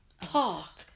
talk